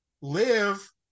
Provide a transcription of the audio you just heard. live